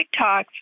TikToks